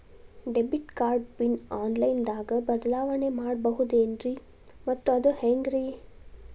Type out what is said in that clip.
Debit card pin online ದಾಗ ಬದಲಾವಣೆ ಮಾಡಬಹುದೇನ್ರಿ ಮತ್ತು ಅದು ಹೆಂಗ್ರಿ?